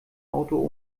auto